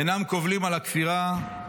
אינם קובלים על הכפירה,